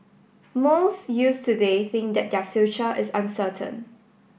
most youths today think that their future is uncertain